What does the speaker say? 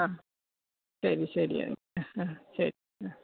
അ ശരി ശരി ആയിക്കോ അ ശരി അ